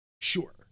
Sure